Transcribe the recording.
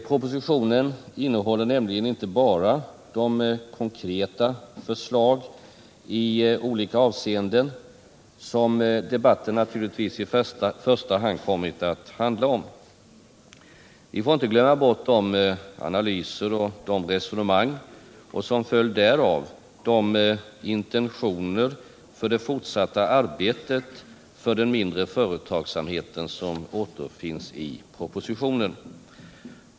Propositionen innehåller nämligen inte bara de konkreta förslag i olika avseenden som debatten naturligtvis i första hand kommit att handla om. Vi får inte glömma bort de analyser och de resonemang och, som följd därav, de intentioner för det fortsatta arbetet för den mindre företagsamheten som återfinns i propositionen.